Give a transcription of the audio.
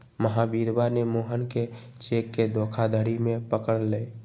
महावीरवा ने मोहन के चेक के धोखाधड़ी में पकड़ लय